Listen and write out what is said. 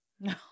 No